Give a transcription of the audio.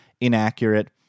inaccurate